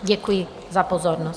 Děkuji za pozornost.